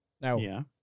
now